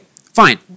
fine